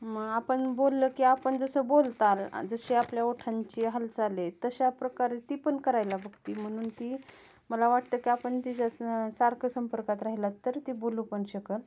मग आपण बोललं की आपण जसं बोलता जशी आपल्या ओठांची हालचाल आहे तशाप्रकारे ती पण करायला बघते म्हणून ती मला वाटतं की आपण तिच्या सारखं संपर्कात राहिला तर ती बोलू पण शकेल